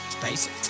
basic